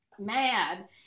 mad